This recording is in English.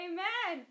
Amen